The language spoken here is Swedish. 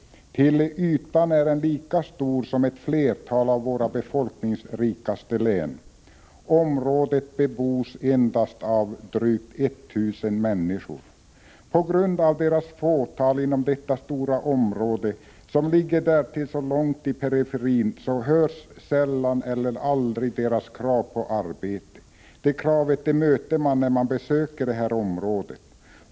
Till ytan är det lika stort som ett flertal av våra befolkningsrikaste län. Området bebos endast av drygt 1 000 människor. På grund av deras fåtal inom detta stora område, som därtill ligger så långt ute i periferin, hörs sällan eller aldrig deras krav på arbete. Det kravet möter man dock när man besöker området.